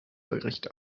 bericht